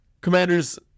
Commanders